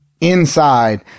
inside